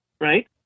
right